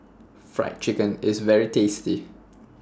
Fried Chicken IS very tasty